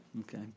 Okay